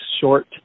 short